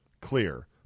clear